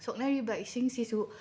ꯁꯣꯛꯅꯔꯤꯕ ꯏꯁꯤꯡꯁꯤꯁꯨ